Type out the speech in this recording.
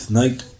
night